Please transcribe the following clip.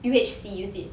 U_H_C is it